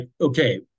okay